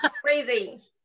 crazy